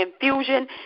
infusion